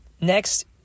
next